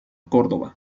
córdoba